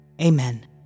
Amen